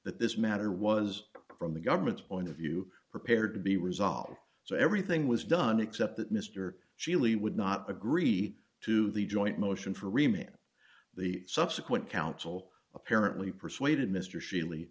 that this matter was from the government's point of view prepared to be resolved so everything was done except that mr sheley would not agree to the joint motion for remaining the subsequent counsel apparently persuaded mr sheley